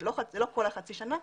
זה לא כל החצי שנה,